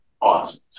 awesome